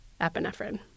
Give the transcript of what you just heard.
epinephrine